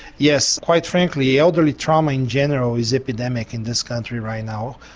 yes, quite frankly elderly trauma in general is epidemic in this country right now.